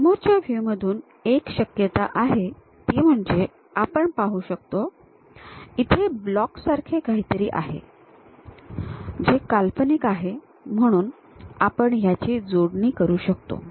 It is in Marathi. समोरच्या व्ह्यूमधून एक शक्यता आहे ती म्हणजे आपण पाहू शकतो इथे ब्लॉकसारखे काहीतरी आहे जे काल्पनिक आहे म्हणून आपण याची जोडणी करू शकतो